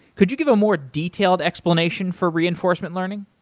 could you give a more detailed explanation for reinforcement learning?